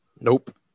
nope